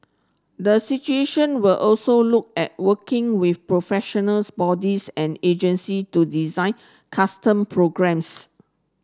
the situation will also look at working with professionals bodies and agency to design custom programmes